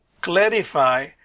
clarify